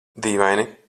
dīvaini